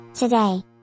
Today